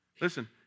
Listen